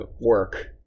work